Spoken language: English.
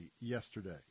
yesterday